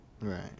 Right